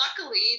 luckily